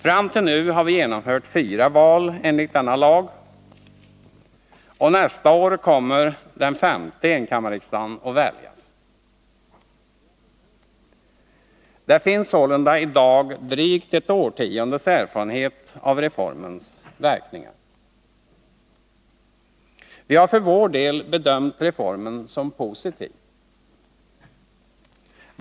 Fram till nu har vi genomfört fyra val enligt denna lag, och nästa år kommer den femte enkammarriksdagen att väljas. Det finns sålunda i dag drygt ett årtiondes erfarenhet av reformens 2 verkningar. Vi har för vår del bedömt reformen som positiv.